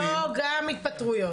לא, גם התפטרויות.